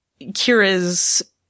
Kira's